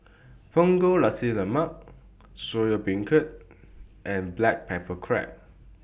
Punggol Nasi Lemak Soya Beancurd and Black Pepper Crab